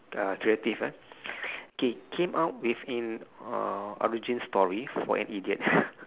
uh creative ya come out with an origin story for an idiot